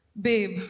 Babe